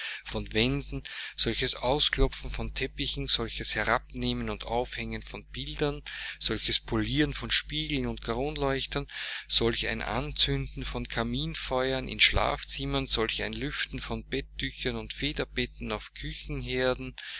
von wänden solches ausklopfen von teppichen solches herabnehmen und aufhängen von bildern solches polieren von spiegeln und kronleuchtern solch ein anzünden von kaminfeuern in schlafzimmern solch ein lüften von betttüchern und federbetten auf küchenherden